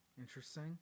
Interesting